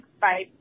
Bye